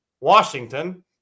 Washington